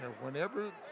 Whenever